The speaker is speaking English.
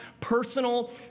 personal